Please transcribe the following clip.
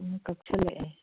ꯎꯝ ꯀꯛꯁꯤꯜꯂꯛꯑꯦ